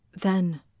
Then